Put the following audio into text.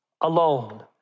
alone